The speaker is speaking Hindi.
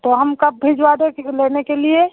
तो हम कब भिजवा दें किसी को लेने के लिए